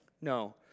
No